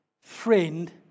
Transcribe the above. Friend